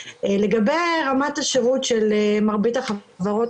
לגבי רמת השירות של מרבית החברות,